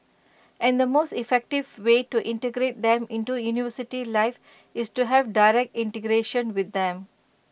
and the most effective way to integrate them into university life is to have direct integration with them